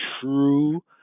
true